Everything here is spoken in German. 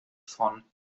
von